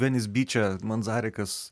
venis byče manzarekas